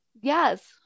yes